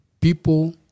people